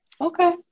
Okay